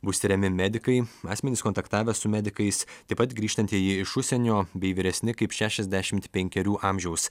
bus tiriami medikai asmenys kontaktavę su medikais taip pat grįžtantieji iš užsienio bei vyresni kaip šešiasdešimt penkerių amžiaus